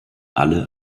alle